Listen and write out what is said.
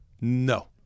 No